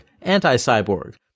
Anti-Cyborg